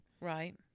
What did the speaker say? Right